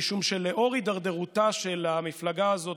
משום שלאור הידרדרותה של המפלגה הזאת